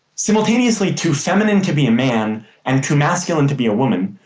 simultaneously too feminine to be a man and too masculine to be a woman,